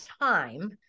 time